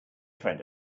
friend